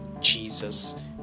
Jesus